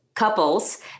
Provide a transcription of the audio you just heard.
Couples